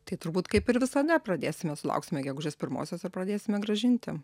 tai turbūt kaip ir visa nepradėsime sulauksime gegužės pirmosios ir pradėsime grąžinti